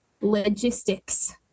logistics